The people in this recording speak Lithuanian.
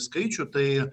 skaičių tai